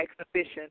Exhibition